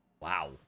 Wow